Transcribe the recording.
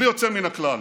בלי יוצא מן הכלל.